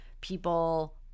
people